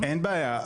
אין בעיה,